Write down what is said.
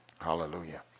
Hallelujah